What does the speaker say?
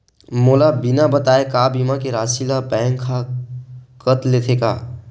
मोला बिना बताय का बीमा के राशि ला बैंक हा कत लेते का?